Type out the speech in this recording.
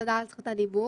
תודה על זכות הדיבור.